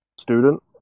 student